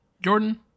jordan